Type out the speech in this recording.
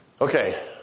Okay